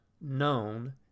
known